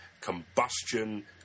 Combustion